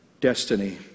destiny